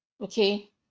okay